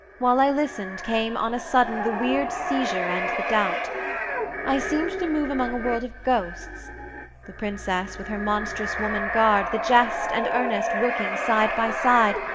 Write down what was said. while i listened, came on a sudden the weird seizure and the doubt i seemed to move among a world of ghosts the princess with her monstrous woman-guard, the jest and earnest working side by side,